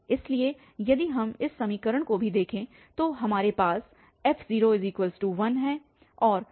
इसलिए यदि हम इस समीकरण को भी देखें तो हमारे पास f01 और f1 3 है